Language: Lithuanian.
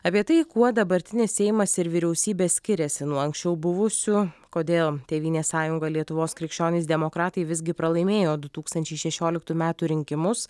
apie tai kuo dabartinis seimas ir vyriausybė skiriasi nuo anksčiau buvusių kodėl tėvynės sąjunga lietuvos krikščionys demokratai visgi pralaimėjo du tūkstančiai šešioliktų metų rinkimus